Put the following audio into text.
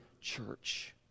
church